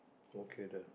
okay then